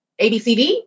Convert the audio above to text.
ABCD